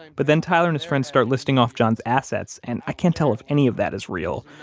but then tyler and his friends start listing off john's assets, and i can't tell if any of that is real,